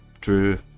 true